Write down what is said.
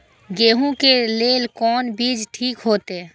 गेहूं के लेल कोन बीज ठीक होते?